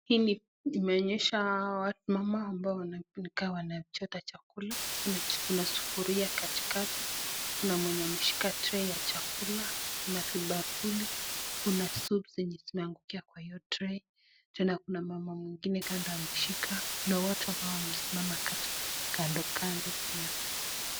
Hili linaonyesha wamama ambao nikama wanachota chakula, kuna sufuria katikati kuna mwenye ameshika tray ya chakula, kuna vibakuli, kuna supu zenye zinaangukia kwa hio tray tena kuna mama mwingine kando ameshika. Kuna watu ambao wamesimama kando kando pia.